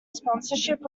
sponsorship